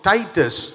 Titus